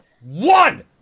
one